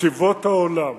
בצבאות העולם,